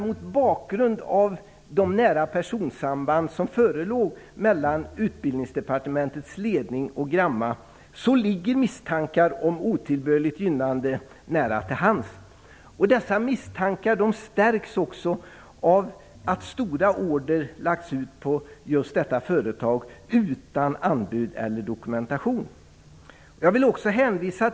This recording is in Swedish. Mot bakgrund av de nära personsamband som förelåg mellan Utbildningsdepartementets ledning och Gramma ligger misstankar om otillbörligt gynnande nära till hands. Dessa misstankar stärks också av att stora order lagts ut på just detta företag, utan vare sig anbud eller dokumentation.